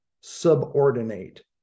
subordinate